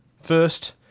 First